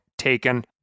taken